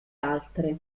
altre